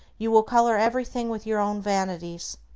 you will color everything with your own vanities.